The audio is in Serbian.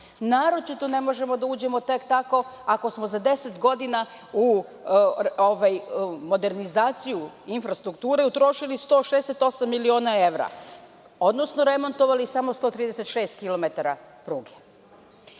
Naročito ne možemo da uđemo tek tako ako smo za 10 godina u modernizaciju infrastrukture utrošili 168.000.000 evra, odnosno remontovali samo 136 kilometara pruge.U